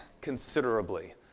considerably